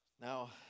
Now